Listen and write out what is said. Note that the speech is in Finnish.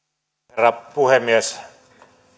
herra puhemies